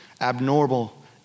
abnormal